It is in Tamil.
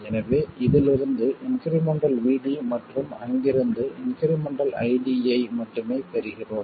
எனவே இதிலிருந்து இன்க்ரிமெண்டல் VD மற்றும் அங்கிருந்து இன்க்ரிமெண்டல் ID யை மட்டுமே பெறுகிறோம்